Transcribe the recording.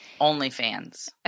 OnlyFans